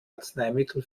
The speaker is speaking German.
arzneimittel